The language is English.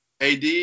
ad